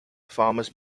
farmers